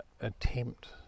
attempt